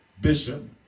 Bishop